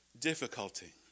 difficulty